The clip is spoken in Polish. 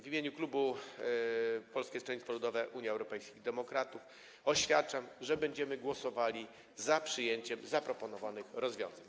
W imieniu klubu Polskiego Stronnictwa Ludowego - Unii Europejskich Demokratów oświadczam, że będziemy głosowali za przyjęciem zaproponowanych rozwiązań.